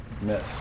Miss